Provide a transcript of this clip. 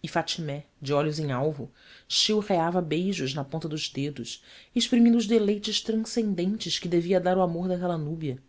e fatmé de olhos em alvo chilreava beijos na ponta dos dedos exprimindo os deleites transcendentes que devia dar o amor daquela núbia